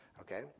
Okay